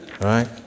right